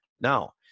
Now